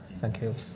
thank you.